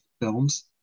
films